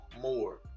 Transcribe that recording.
more